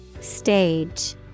Stage